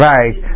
Right